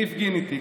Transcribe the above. מי הפגין איתי.